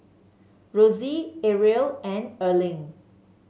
Rosie Arielle and Erling